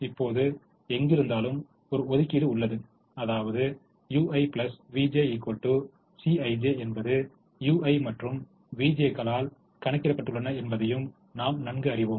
இப்போது எங்கிருந்தாலும் ஒரு ஒதுக்கீடு உள்ளது அதாவது ui vj Cij என்பது ui மற்றும் vj களால் கணக்கிடப்பட்டுள்ளன என்பதையும் நாம் நன்கு அறிவோம்